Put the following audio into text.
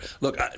Look